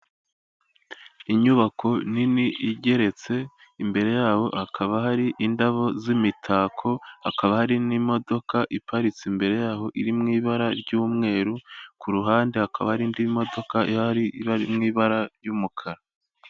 Inyubako nini igeretse, imbere y'aho hakaba hari indabo z'imitako, hakaba hari n'imodoka iparitse imbere y'aho, iri mu ibara ry'umweru, ku ruhande hakaba hari indi modoka ihari iri mu ibara ry'umukara.